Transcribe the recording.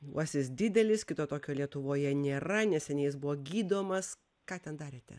uosis didelis kito tokio lietuvoje nėra neseniai jis buvo gydomas ką ten darėte